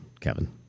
Kevin